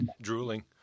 drooling